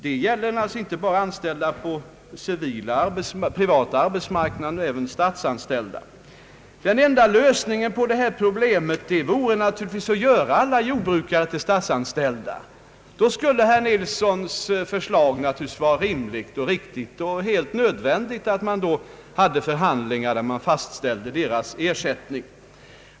Jag tänker då inte bara på anställda inom den privata sektorn utan även på statsanställda. Den bästa lösningen på detta problem vore naturligtvis att göra alla jordbrukare till statsanställda. Då skulle herr Nilssons förslag vara rimligt och riktigt. Då vore det helt nödvändigt att deras ersättning fastställdes genom förhandlingar.